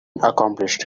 accomplished